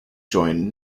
join